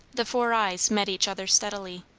the four eyes met each other steadily.